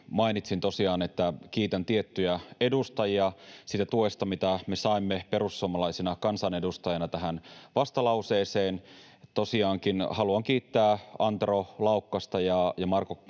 mainitsin tosiaan, että kiitän tiettyjä edustajia siitä tuesta, mitä me saimme perussuomalaisina kansanedustajina tähän vastalauseeseen. Tosiaankin haluan kiittää Antero Laukkasta ja Jari